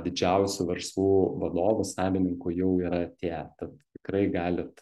didžiausių verslų vadovų savininkų jau yra atėję tad tikrai galit